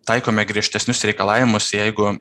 taikome griežtesnius reikalavimus jeigu